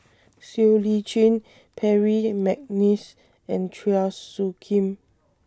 Siow Lee Chin Percy Mcneice and Chua Soo Khim